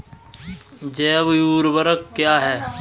जैव ऊर्वक क्या है?